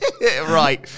right